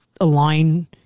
align